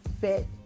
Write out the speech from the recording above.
fit